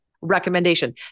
recommendation